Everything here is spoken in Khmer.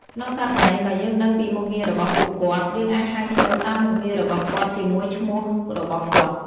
ក្នុងករណីបើយើងដឹងពីមុខងាររបស់ពួកគាត់ យើងអាចហៅឈ្មោះតាមមុខងាររបស់គាត់ជាមួយឈ្មោះរបស់គាត់។